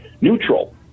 neutral